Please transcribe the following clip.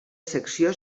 secció